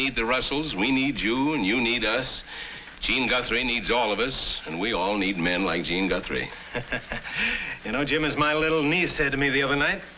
need the russells we need you loon you need us jeanne got three needs all of us and we all need men like jean guthrie you know jim is my little niece said to me the other night